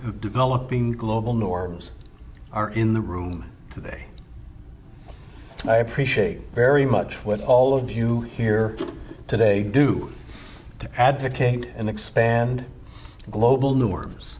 developing global norms are in the room today i appreciate very much what all of you here today do to advocate and expand global norms